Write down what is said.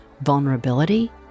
vulnerability